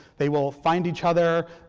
they will find each other.